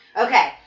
okay